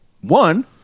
one